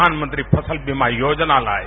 प्रधानमंत्री फसल बीमा योजना लायी